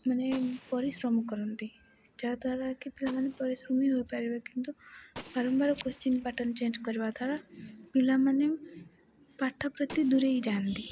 ମାନେ ପରିଶ୍ରମ କରନ୍ତି ଯାହାଦ୍ୱାରା କି ପିଲାମାନେ ପରିଶ୍ରମ ହିଁ ହୋଇପାରିବେ କିନ୍ତୁ ବାରମ୍ବାର କ୍ଵଶ୍ଚିନ୍ ପାର୍ଟନ୍ ଚେଞ୍ଜ କରିବା ଦ୍ୱାରା ପିଲାମାନେ ପାଠ ପ୍ରତି ଦୂରାଇ ଯାଆନ୍ତି